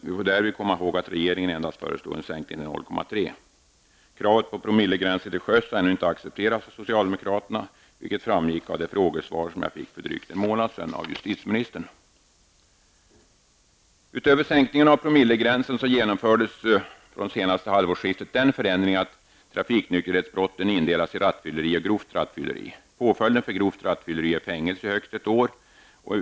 Vi bör därvid komma ihåg att regeringen endast föreslog en sänkning till 0,3 ". Kravet på promillegränser till sjöss har ännu ej accepterats av socialdemokraterna, vilket framgick av det frågesvar jag fick för drygt en månad sedan av justitieministern. Utöver sänkning av promillegränsen genomfördes vid senaste halvårsskiftet den förändringen att trafiknykterhetsbrotten indelas i rattfylleri och grovt rattfylleri. Påföljden för grovt rattfylleri är fängelse i högst ett år.